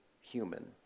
human